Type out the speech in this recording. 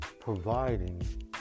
providing